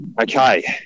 Okay